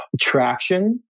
Traction